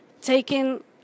taking